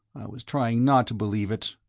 was trying not to believe it,